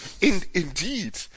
Indeed